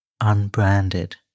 unbranded